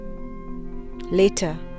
Later